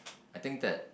I think that